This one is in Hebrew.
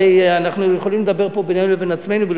הרי אנחנו יכולים לדבר פה בינינו לבין עצמנו כי